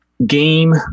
game